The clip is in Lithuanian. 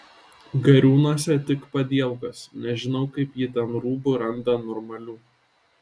gariūnuose tik padielkos nežinau kaip ji ten rūbų randa normalių